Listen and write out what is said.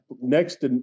next